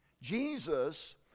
Jesus